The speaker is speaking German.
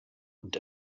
und